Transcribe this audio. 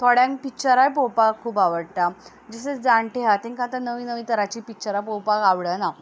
थोड्यांक पिक्चरांय पळोवपाक खूब आवडटा जशे जाण्टे हा तांकां आतां नवीं नवीं तरांचीं पिक्चरां पळोवपाक आवडना